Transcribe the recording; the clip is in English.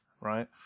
right